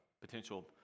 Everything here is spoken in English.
potential